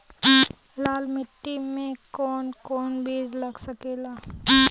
लाल मिट्टी में कौन कौन बीज लग सकेला?